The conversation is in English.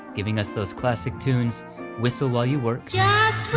giving us those classic tunes whistle while you work,